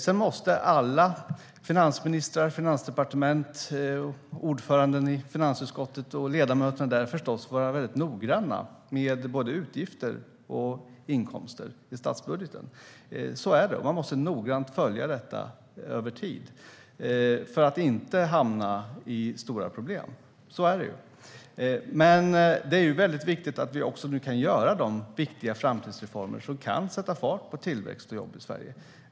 Sedan måste alla finansministrar, Finansdepartementet samt ordförande och ledamöter i finansutskottet förstås vara väldigt noggranna med både utgifter och inkomster i statsbudgeten. Man måste noggrant följa detta över tid för att inte hamna i stora problem. Men det är också väldigt viktigt att vi nu kan göra de viktiga framtidsreformer som kan sätta fart på tillväxt och jobb i Sverige.